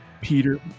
Peter